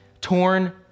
Torn